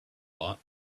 lot